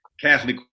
Catholic